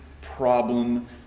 problem